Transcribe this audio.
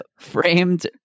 framed